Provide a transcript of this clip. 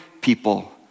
people